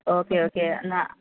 okay okay എന്നാൽ